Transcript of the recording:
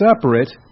separate